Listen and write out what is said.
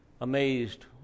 amazed